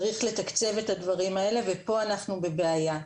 צריך לתקצב את הדברים האלה ופה אנחנו בבעיה.